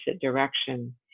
direction